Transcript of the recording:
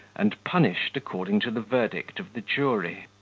and punished according to the verdict of the jury.